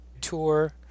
tour